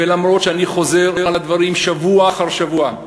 ולמרות שאני חוזר על הדברים שבוע אחר שבוע,